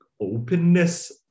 openness